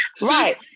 Right